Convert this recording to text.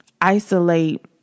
isolate